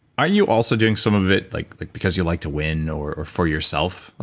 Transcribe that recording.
are you also doing some of it like like because you like to win or for yourself?